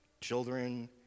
children